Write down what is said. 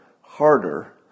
harder